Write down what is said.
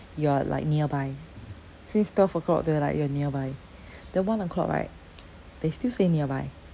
you are like nearby since twelve o'clock they were like you're nearby then one o'clock right they still say nearby